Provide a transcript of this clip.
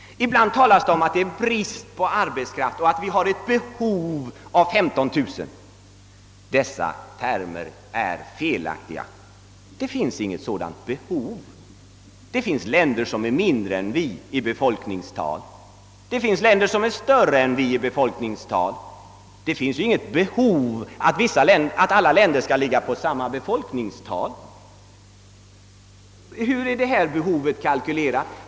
Ibland framhålls det att det råder brist på arbetskraft och att vi har ett behov av ytterligare 15 000 arbetare per år. Dessa påståenden är felaktiga, Det finns inget sådant behov. Det finns länder som har mindre och länder som har större befolkningstal än vi. Det föreligger emellertid inget behov av att alla länder skall ha lika stor befolkning. Hur har detta »behov» kalkylerats fram?